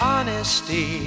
Honesty